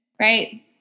right